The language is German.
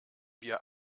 wir